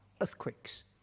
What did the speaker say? earthquakes